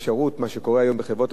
מה שקורה היום בחברות הביטוח,